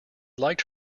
liked